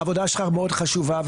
העבודה שלך מאוד חשובה,